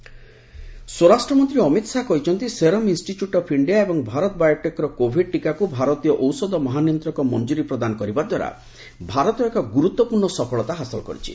Amit Shah vaccine ସ୍ୱରାଷ୍ଟ୍ରମନ୍ତ୍ରୀ ଅମିତ୍ ଶାହା କହିଛନ୍ତି serum institute of India ଏବଂ ଭାରତ ବାୟୋଟେକ୍ର କୋଭିଡ୍ ଟୀକାକୁ ଭାରତୀୟ ଔଷଧ ମହାନିୟନ୍ତ୍ରକ ମଞ୍ଜୁରି ପ୍ରଦାନ କରିବାଦ୍ୱାରା ଭାରତ ଏକ ଗୁରୁତ୍ୱପୂର୍୍ଣ ସଫଳତା ହାସଲ କରିଛି